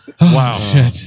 Wow